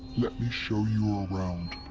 let me show you around.